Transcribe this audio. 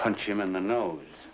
punch him in the nose